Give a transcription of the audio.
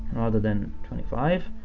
rather than twenty five.